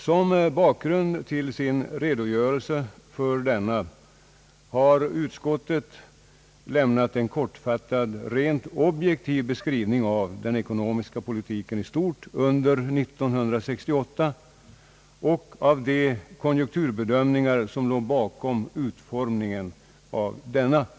Som bakgrund för sin redogörelse i detta sammanhang har utskottet gjort en kortfattad, rent objektiv beskrivning av den ekonomiska politiken i stort under år 1968 och av de konjunkturbedömningar som låg bakom utformningen av denna politik.